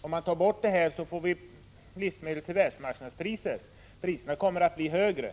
om man tar bort detta, får vi livsmedel till världsmarknadspriser. Priserna kommer att bli högre.